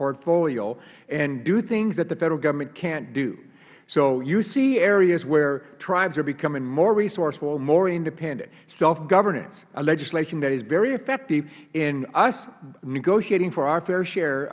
portfolio and do things that the federal government can't do so you see areas where tribes are becoming more resourceful and more independent selfgovernance a legislation that is very effective in us negotiating for our fair share